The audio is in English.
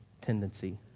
tendency